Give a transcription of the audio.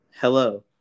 Hello